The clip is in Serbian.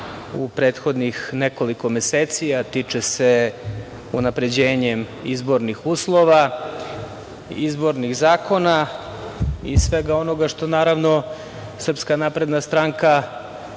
u prethodnih nekoliko meseci, a tiče se unapređenjem izbornih uslova, izbornih zakona i svega onoga što naravno SNS, što jeste u stvari